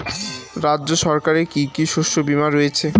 রাজ্য সরকারের কি কি শস্য বিমা রয়েছে?